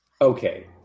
okay